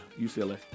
UCLA